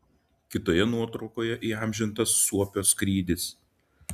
kitoje nuotraukoje įamžintas suopio skrydis